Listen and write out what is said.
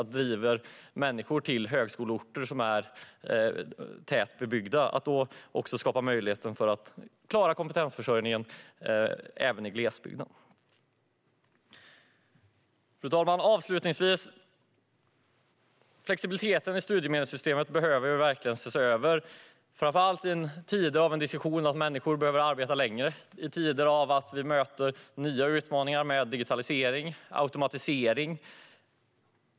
Det driver människor till högskoleorter som är tätt bebyggda, och så här kan vi skapa möjligheter att klara kompetensförsörjningen även i glesbygden. Fru talman! Avslutningsvis: Flexibiliteten i studiemedelssystemet behöver verkligen ses över, framför allt i tider av en diskussion om att människor behöver arbeta längre och i tider av att vi möter nya utmaningar med digitalisering och automatisering.